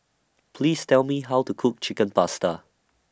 Please Tell Me How to Cook Chicken Pasta